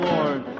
Lord